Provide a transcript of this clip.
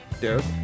Derek